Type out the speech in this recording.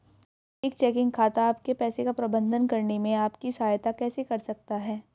एक चेकिंग खाता आपके पैसे का प्रबंधन करने में आपकी सहायता कैसे कर सकता है?